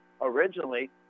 Originally